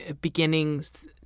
beginnings